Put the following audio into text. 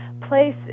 place